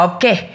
Okay